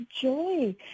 joy